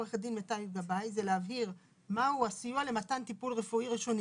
עו"ד מיטל גבאי זה להבהיר מהו הסיוע למתן טיפול רפואי ראשוני